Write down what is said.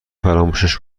فراموشش